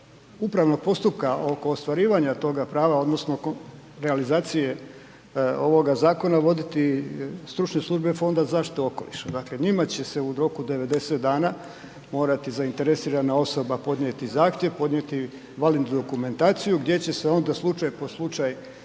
upravnog postupka oko ostvarivanja toga prava odnosno realizacije ovoga zakona voditi stručne službe Fonda za zaštitu okoliša. Dakle, njima će se u roku 90 dana morati zainteresirana osoba podnijeti zahtjev, podnijeti …/nerazumljivo/… dokumentaciju gdje će se onda slučaj po slučaj